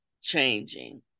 changing